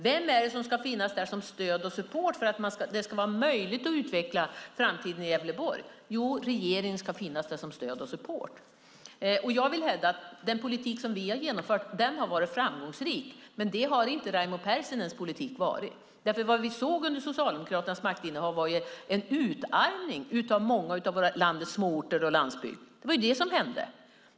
Vem är det som ska finnas där som stöd och support för att det ska vara möjligt att utveckla framtiden i Gävleborg? Jo, regeringen ska finnas där som stöd och support. Jag vill hävda att den politik som vi har genomfört har varit framgångsrik. Men det har inte Raimo Pärssinens politik varit. Vad vi såg under Socialdemokraternas maktinnehav var en utarmning av många av landets småorter och landsbygden. Det var det som hände.